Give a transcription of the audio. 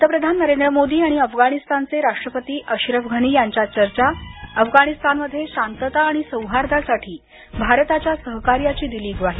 पंतप्रधान नरेंद्र मोदी आणि अफगाणिस्तानचे राष्ट्रपती अशरफ घनी यांच्यात चर्चा अफगाणिस्तानमध्ये शांतता आणि सौहार्दासाठी भारताच्या सहकार्याची ग्वाही